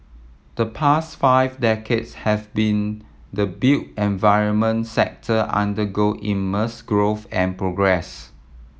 the past five decades have been the built environment sector undergo immense growth and progress